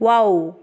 wow